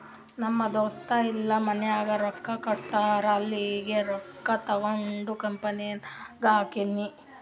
ನಮ್ ದೋಸ್ತ ಇಲ್ಲಾ ಮನ್ಯಾಗ್ ರೊಕ್ಕಾ ಕೊಡ್ತಾರ್ ಅಲ್ಲಿಂದೆ ರೊಕ್ಕಾ ತಗೊಂಡ್ ಕಂಪನಿನಾಗ್ ಹಾಕ್ತೀನಿ